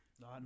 No